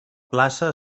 plaça